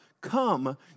Come